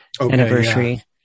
anniversary